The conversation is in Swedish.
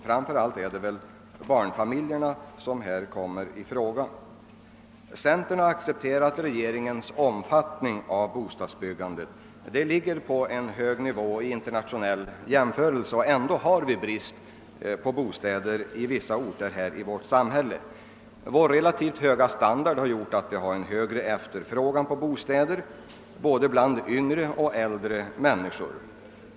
Framför allt är det barnfamiljerna som därvid kommer i fråga. Centerpartiet har accepterat regeringens beskrivning av bostadsbyggandets omfattning. Det ligger på en hög nivå vid internationell jämförelse. ändå har vi brist på bostäder i vissa orter. Vår relativt höga standard har medfört stor efterfrågan på bostäder, både bland yngre och äldre människor.